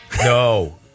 No